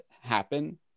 happen